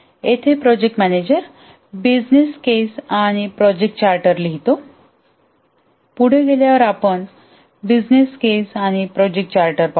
येथे project manager business case आणि project charter लिहितो पुढे गेल्यावर आपण बिजनेस केस आणि प्रोजेक्ट चार्टर पाहू